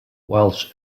whilst